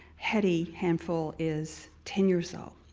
hetty handful is ten-years-old.